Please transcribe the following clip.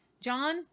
John